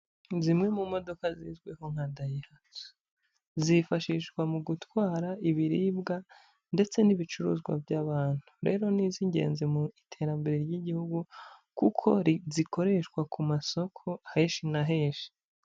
Zimwe mu modoka zizwiho nka dayihatsu, zifashishwa mu gutwara ibiribwa ndetse n'ibicuruzwa by'abantu, rero ni iz'ingenzi mu iterambere ry'igihugu kuko zikoreshwa ku masoko henshi na henshi.